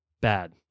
bad